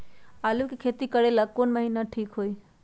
आलू के खेती करेला कौन महीना ठीक होई?